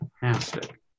fantastic